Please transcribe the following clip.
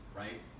right